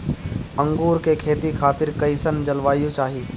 अंगूर के खेती खातिर कइसन जलवायु चाही?